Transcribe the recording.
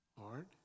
Lord